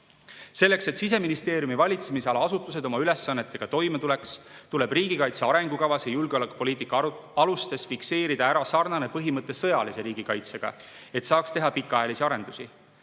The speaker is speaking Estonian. Selleks, et Siseministeeriumi valitsemisala asutused oma ülesannetega toime tuleks, tuleb riigikaitse arengukavas ja julgeolekupoliitika alustes fikseerida ära sõjalise riigikaitsega sarnane põhimõte, et saaks teha pikaajalisi arendusi.